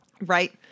Right